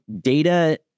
data